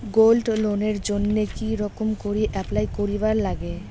Gold লোনের জইন্যে কি রকম করি অ্যাপ্লাই করিবার লাগে?